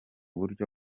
buryo